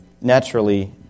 naturally